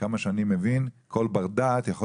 עד כמה שאני מבין כל בר דעת יכול